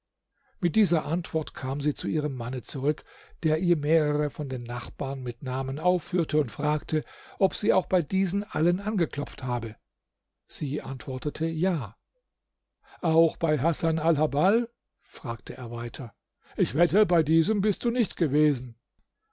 mit dieser antwort kam sie zu ihrem manne zurück der ihr mehrere von den nachbarn mit namen aufführte und fragte ob sie auch bei diesen allen angeklopft habe sie antwortete ja auch bei hasan alhabbal fragte er weiter ich wette bei diesem bist du nicht gewesen